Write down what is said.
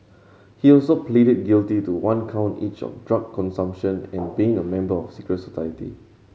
he also pleaded guilty to one count each of drug consumption and being a member of secret society